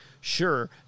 Sure